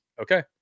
okay